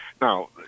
Now